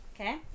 Okay